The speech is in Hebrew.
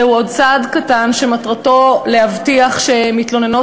זהו עוד צעד קטן שמטרתו להבטיח שמתלוננות